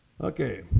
Okay